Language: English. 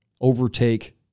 overtake